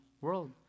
World